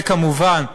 וכמובן,